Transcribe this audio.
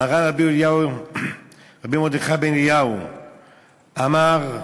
מרן רבי מרדכי אליהו אמר: